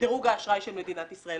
"דירוג האשראי של מדינת ישראל",